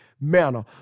manner